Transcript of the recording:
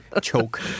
Choke